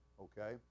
okay